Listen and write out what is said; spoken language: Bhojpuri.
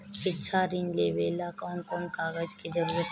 शिक्षा ऋण लेवेला कौन कौन कागज के जरुरत पड़ी?